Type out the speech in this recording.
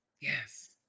Yes